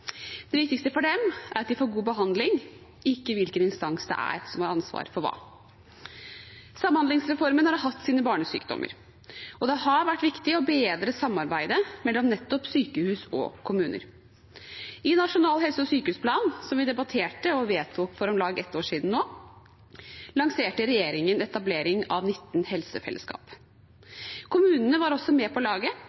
Det viktigste for dem er at de får god behandling, ikke hvilken instans det er som har ansvar for hva. Samhandlingsreformen har hatt sine barnesykdommer, og det har vært viktig å bedre samarbeidet mellom nettopp sykehus og kommuner. I Nasjonal helse- og sykehusplan, som vi debatterte og vedtok for om lag et år siden nå, lanserte regjeringen etableringen av 19 helsefellesskap.